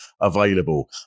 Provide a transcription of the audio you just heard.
available